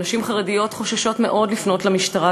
נשים חרדיות חוששות מאוד לפנות למשטרה,